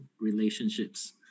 relationships